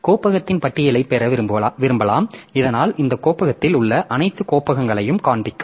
கோப்பகத்தின் பட்டியலைப் பெற விரும்பலாம் இதனால் இந்த கோப்பகத்தில் உள்ள அனைத்து கோப்பகங்களையும் காண்பிக்கும்